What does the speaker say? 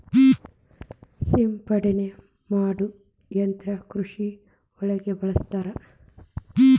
ಸಿಂಪಡನೆ ಮಾಡು ಯಂತ್ರಾ ಕೃಷಿ ಒಳಗ ಬಳಸ್ತಾರ